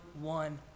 one